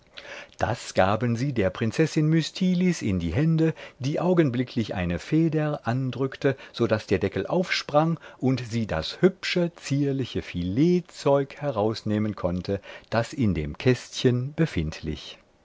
das gaben sie der prinzessin mystilis in die hände die augenblicklich eine feder andrückte so daß der deckel aufsprang und sie das hübsche zierliche filetzeug herausnehmen konnte das in dem kästchen befindlich